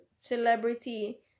celebrity